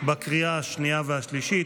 לקריאה השנייה והשלישית.